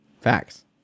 Facts